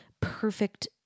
perfect